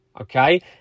Okay